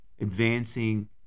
advancing